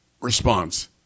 response